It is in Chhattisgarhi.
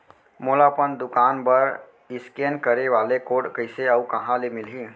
मोला अपन दुकान बर इसकेन करे वाले कोड कइसे अऊ कहाँ ले मिलही?